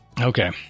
Okay